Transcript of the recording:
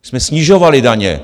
My jsme snižovali daně.